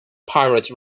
pirate